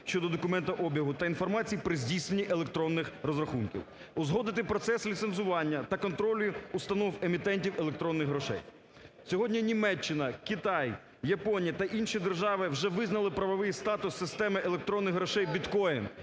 щодо документообігу та інформації при здійсненні електронних розрахунків, узгодити процес ліцензування та контролю установ-емітентів електронних грошей. Сьогодні Німеччина, Китай, Японія та інші держави вже визнали правовий статус системи електронних грошей Bitcoin